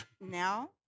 Now